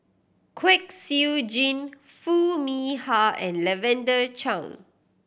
Kwek Siew Jin Foo Mee Har and Lavender Chang